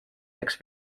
peaks